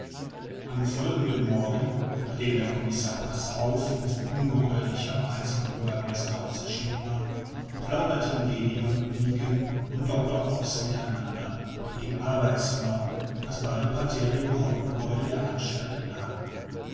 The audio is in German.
am folgenden morgen nachdem der commissar passauf in so ungeheuerlicher weise im bürgermeisterhause erschienen war plauderten gdon ygen und doctor ox mit einander in dem arbeitszimmer das beide parterre im hauptgebäude der anstalt